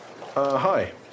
Hi